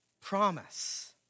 promise